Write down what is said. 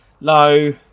low